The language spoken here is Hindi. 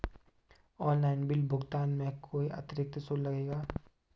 ऑनलाइन बिल भुगतान में कोई अतिरिक्त शुल्क लगेगा?